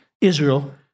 Israel